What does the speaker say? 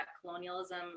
colonialism